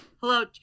hello